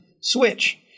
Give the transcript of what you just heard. switch